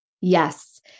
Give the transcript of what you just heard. Yes